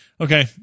Okay